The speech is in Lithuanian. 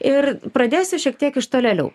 ir pradėsiu šiek tiek iš tolėliau